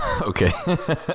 Okay